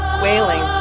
wailing,